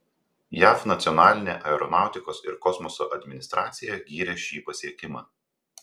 jav nacionalinė aeronautikos ir kosmoso administracija gyrė šį pasiekimą